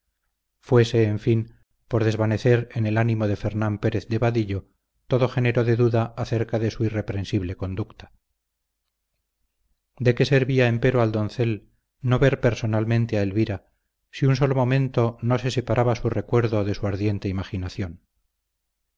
fuese en fin por desvanecer en el ánimo de fernán pérez de vadillo todo género de duda acerca de su irreprensible conducta de qué servía empero al doncel no ver personalmente a elvira si un solo momento no se separaba su recuerdo de su ardiente imaginación